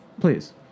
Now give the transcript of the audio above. Please